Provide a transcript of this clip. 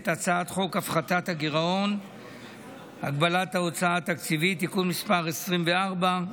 הצעת חוק הפחתת הגירעון והגבלת ההוצאה התקציבית (תיקון מס' 24),